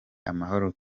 amahoro